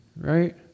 Right